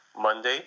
Monday